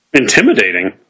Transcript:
Intimidating